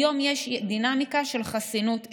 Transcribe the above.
היום יש דינמיקה של חסינות עדר.